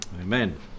amen